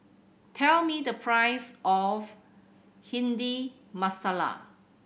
tell me the price of Bhindi Masala